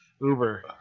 uber